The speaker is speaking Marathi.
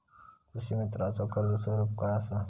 कृषीमित्राच कर्ज स्वरूप काय असा?